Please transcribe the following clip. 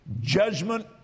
Judgment